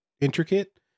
intricate